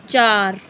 ਚਾਰ